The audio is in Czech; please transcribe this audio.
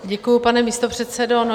Děkuji, pane místopředsedo.